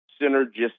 synergistic